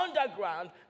underground